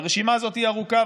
והרשימה הזאת היא ארוכה,